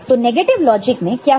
तो negative logic में क्या होता है